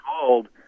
called